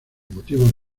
motivos